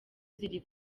zirimo